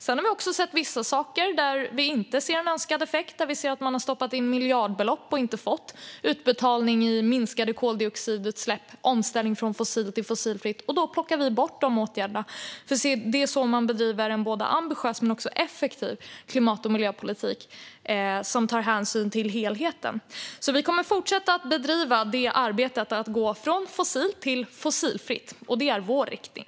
Sedan finns det också vissa saker där vi inte ser en önskad effekt, utan där man har stoppat in miljardbelopp och inte fått någon utbetalning i form av minskade koldioxidutsläpp och omställning från fossilt till fossilfritt. Då plockar vi bort dessa åtgärder, för det är så man bedriver en både ambitiös och effektiv klimat och miljöpolitik som tar hänsyn till helheten. Vi kommer att fortsätta att bedriva arbetet med att gå från fossilt till fossilfritt. Det är vår riktning.